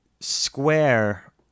Square